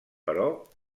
però